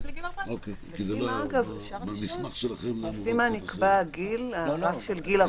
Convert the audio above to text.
לגיל 14. לפי מה נקבע הרף של גיל 14?